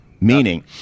meaning